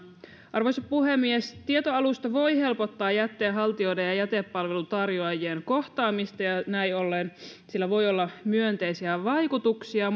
arvoisa puhemies tietoalusta voi helpottaa jätteenhaltijoiden ja jätepalvelun tarjoajien kohtaamista ja näin ollen sillä voi olla myönteisiä vaikutuksia